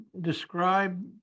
describe